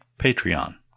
Patreon